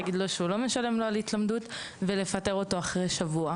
להגיד לו שהוא לא משלם לו על ההתלמדות ולפטר אותו אחרי שבוע?